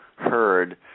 heard